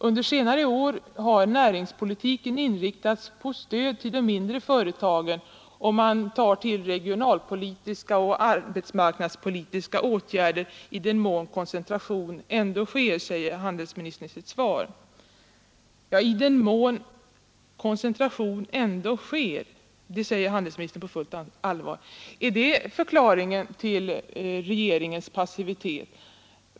Under senare år har näringspolitiken inriktats på stöd till de mindre företagen, och man tar till regionalpolitiska och arbetsmarknadspolitiska åtgärder i den mån koncentration ändå sker, säger handelsministern i sitt svar. I den mån koncentration ändå sker, säger handelsministern på fullt allvar. Är det förklaringen till regeringens passivitet?